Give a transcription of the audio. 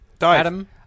Adam